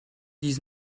dix